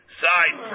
side